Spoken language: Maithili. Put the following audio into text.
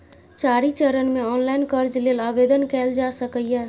चारि चरण मे ऑनलाइन कर्ज लेल आवेदन कैल जा सकैए